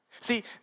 See